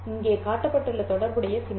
இங்கே காட்டப்பட்டுள்ள தொடர்புடைய சின்னம்